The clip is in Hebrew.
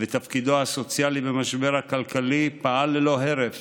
ותפקידו הסוציאלי במשבר הכלכלי, פעל ללא הרף